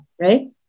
right